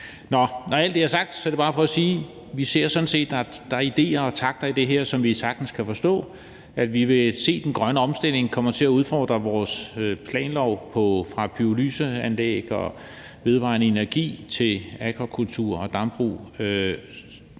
Når alt det er sagt, vil jeg sådan set bare sige, at vi kan se, at der er idéer og takter i det her, som vi sagtens kan forstå, og at vi vil se, at den grønne omstilling kommer til at udfordre vores planlov fra pyrolyseanlæg og vedvarende energi til akvakultur og dambrug,